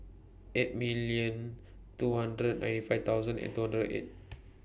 eight million two hundred ninety five thousand and two hundred eight